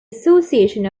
association